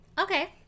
okay